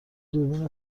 دوربین